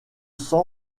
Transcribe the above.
cent